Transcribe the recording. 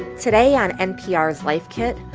today on npr's life kit,